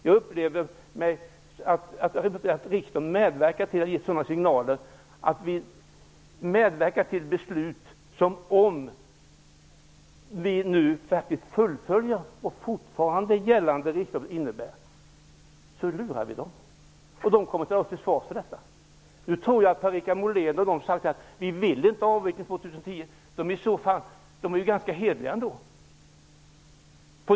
Jag upplever att riksdagen medverkar till att ge sådana signaler att vi lurar dem att fatta beslut som är felaktiga om vi fullföljer fortfarande gällande riktlinjer för kärnkraftsavvecklingen. De kommer att ställa oss till svars för detta. Per-Richard Molén och andra säger: Vi vill inte avveckla till år 2010. Nå, de är i alla fall ganska hederliga.